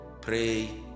pray